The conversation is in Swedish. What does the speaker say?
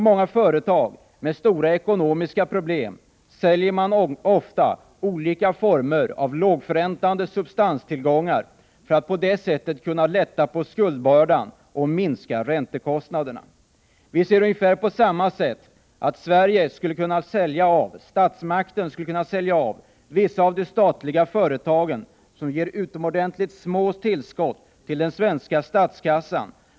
Många företag med stora ekonomiska problem säljer ofta ut olika former av lågförräntande substanstillgångar för att på det sättet kunna lätta på skuldbördan och minska räntekostnaderna. Vi anser att statsmakten på ungefär samma sätt skulle kunna sälja av vissa av de statliga företagen som ger utomordentligt små tillskott till den svenska statskassan.